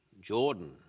Jordan